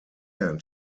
band